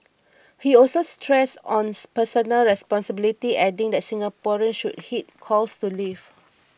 he also stressed on personal responsibility adding that Singaporeans should heed calls to leave